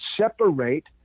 separate